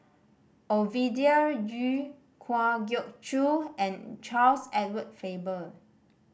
Ovidia Yu Kwa Geok Choo and Charles Edward Faber